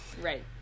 Right